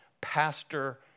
Pastor